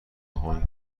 هنگ